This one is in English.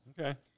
Okay